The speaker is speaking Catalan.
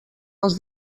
els